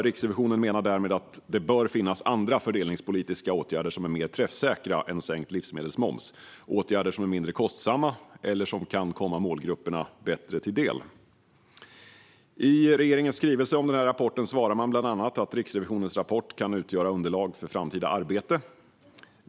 Riksrevisionen menar därmed att det bör finnas andra fördelningspolitiska åtgärder som är mer träffsäkra än sänkt livsmedelsmoms - åtgärder som är mindre kostsamma eller som kan komma målgrupperna bättre till del. I regeringens skrivelse om den här rapporten svarar man bland annat att Riksrevisionens rapport kan utgöra underlag för framtida arbete.